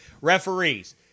Referees